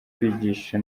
kwigisha